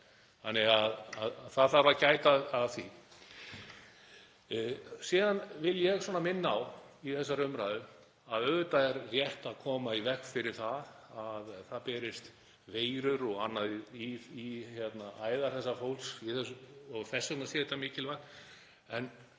þannig að það þarf að gæta að því. Ég vil síðan minna á það í þessari umræðu að auðvitað er rétt að koma í veg fyrir að það berist veirur og annað í æðar þessa fólks og þess vegna er þetta mikilvægt.